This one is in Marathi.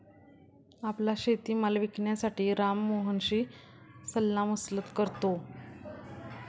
आपला शेतीमाल विकण्यासाठी राम मोहनशी सल्लामसलत करतो